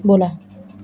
ব'লা